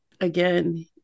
again